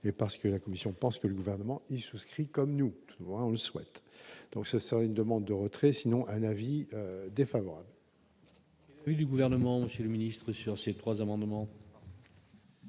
et parce que la Commission pense que le gouvernement y souscrit, comme nous le souhaitons, donc ce sera une demande de retrait sinon un avis des